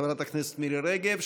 חברת הכנסת מירי רגב,